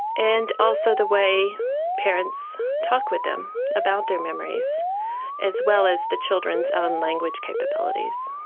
and also the way parents talk with them about their memories as well as the children's own language capabilities.